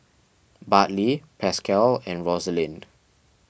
Bartley Pascal and Rosalind